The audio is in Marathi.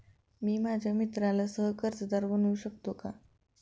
मी माझ्या मित्राला सह कर्जदार बनवू शकतो का?